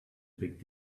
big